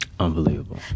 Unbelievable